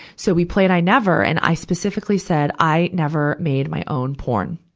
so, we played i never, and i specifically said, i never made my own porn.